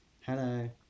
Hello